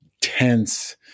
tense